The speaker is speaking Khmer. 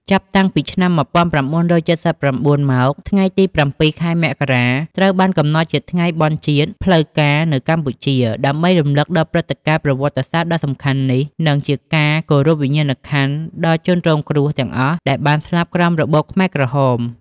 ចាប់តាំងពីឆ្នាំ ១៩៧៩ មក ថ្ងៃទី៧ ខែមករា ត្រូវបានកំណត់ជាថ្ងៃបុណ្យជាតិផ្លូវការនៅកម្ពុជា ដើម្បីរំឭកដល់ព្រឹត្តិការណ៍ប្រវត្តិសាស្ត្រដ៏សំខាន់នេះ និងជាការគោរពវិញ្ញាណក្ខន្ធដល់ជនរងគ្រោះទាំងអស់ដែលបានស្លាប់ក្រោមរបបខ្មែរក្រហម។